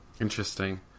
Interesting